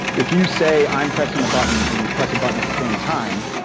if you say, i'm pressing the button, and you press a button at the same time,